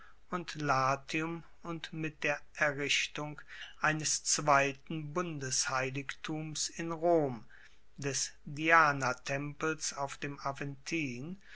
und latium und mit der errichtung eines zweiten bundesheiligtums in rom des dianatempels auf dem aventin